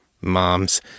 Moms